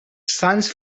sons